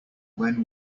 when